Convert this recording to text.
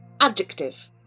Adjective